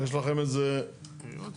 יש לכם איזה התייחסות?